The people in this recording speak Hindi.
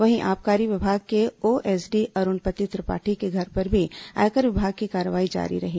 वहीं आबकारी विभाग के ओएसडी अरूणपति त्रिपाठी के घर पर भी आयकर विभााग की कार्यवाही जारी रही